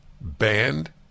banned